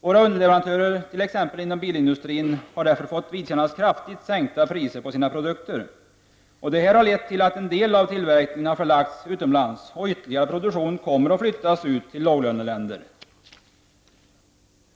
Våra underleverantörer inom t.ex. bilindustrin har därför fått vidkännas kraftigt sänkta priser på sina produkter. Detta har lett till att en del av tillverkningen har förlagts utomlands. Ytterligare produktion kommer att flyttas ut till låglöneländer.